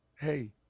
Hey